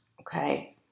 Okay